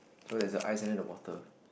so there's a ice and then the water